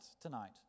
tonight